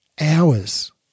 hours